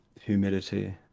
humidity